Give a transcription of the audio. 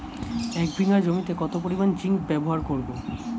এক বিঘা জমিতে কত পরিমান জিংক ব্যবহার করব?